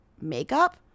makeup